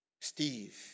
Steve